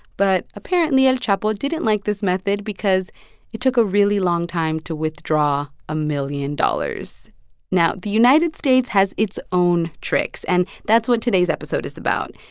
but apparently, el chapo didn't like this method because it took a really long time to withdraw a million dollars now, the united states has its own tricks, and that's what today's episode is about.